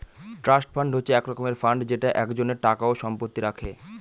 trust fund হচ্ছে এক রকমের ফান্ড যেটা একজনের টাকা ও সম্পত্তি রাখে